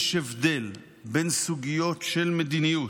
יש הבדל בין סוגיות של מדיניות,